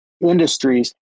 industries